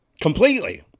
completely